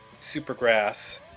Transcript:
Supergrass